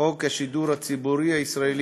לחוק השידור הציבורי הישראלי